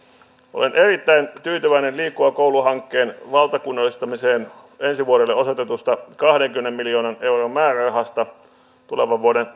olen erittäin tyytyväinen liikkuva koulu hankkeen valtakunnallistamiseen ensi vuodelle osoitetusta kahdenkymmenen miljoonan euron määrärahasta tulevan vuoden